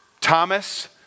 Thomas